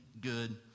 good